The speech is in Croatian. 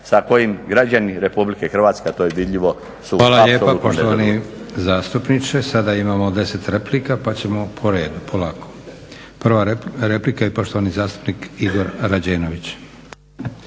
sa kojim građani Republike Hrvatske a to je vidljivo su apsolutno nezadovoljni. **Leko, Josip (SDP)** Hvala lijepo, poštovani zastupniče. Sada imamo 10 replika pa ćemo po redu, polako. Prva replika i poštovani zastupnik Igor Rađenović.